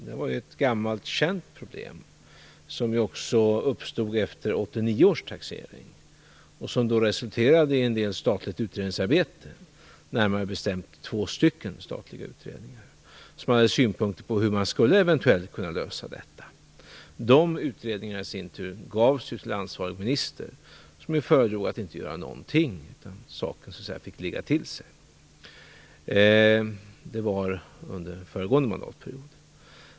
Det är ett gammalt känt problem som också uppstod efter 1989 års taxering och som då resulterade i en del statligt utredningsarbete, närmare bestämt två statliga utredningar som hade synpunkter på hur man eventuellt skulle kunna lösa detta. De utredningarna lämnades i sin tur till ansvarig minister, som ju föredrog att inte göra någonting, utan saken fick ligga till sig. Det var under den föregående mandatperioden.